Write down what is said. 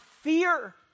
fear